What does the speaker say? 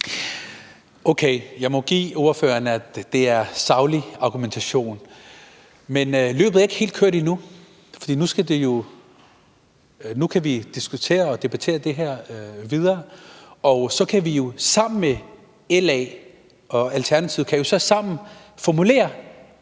Okay, jeg må medgive ordføreren, at det er saglig argumentation, men løbet er ikke helt kørt endnu, for nu kan vi diskutere og debattere det her videre, og så kan LA og Alternativet jo sammen formulere